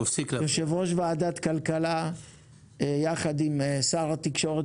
יושב ראש ועדת הכלכלה יחד עם שר התקשורת